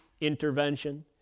intervention